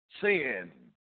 sin